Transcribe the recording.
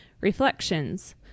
Reflections